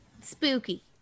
spooky